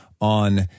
on